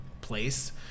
place